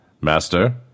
Master